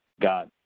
got